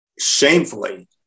shamefully